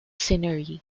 scenery